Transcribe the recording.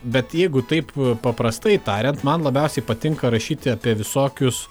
bet jeigu taip paprastai tariant man labiausiai patinka rašyti apie visokius